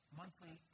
monthly